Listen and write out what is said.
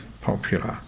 popular